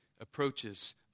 approaches